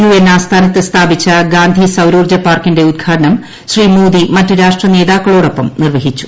U N ആസ്ഥാനത്ത് സ്ഥാപിച്ച ഗാന്ധി സൌരോർജ്ജ പാർക്കിന്റെ ഉദ്ഘാടനം ശ്രീ മോദി മറ്റ് രാഷ്ട്ര നേതാക്കളോടൊപ്പം നിർവ്വഹിച്ചു